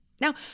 Now